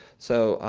so,